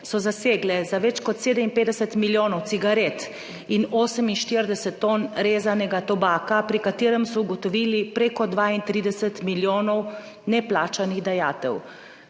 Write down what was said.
zasegle za več kot 57 milijonov cigaret in 48 ton rezanega tobaka, pri katerem so ugotovili prek 32 milijonov neplačanih dajatev,